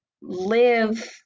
live